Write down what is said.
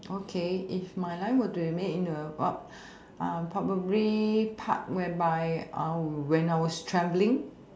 okay if my life were to remain in a what uh probably part whereby uh when I was travelling